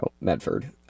Medford